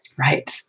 Right